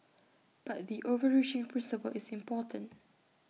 but the overreaching principle is important